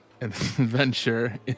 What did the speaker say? adventure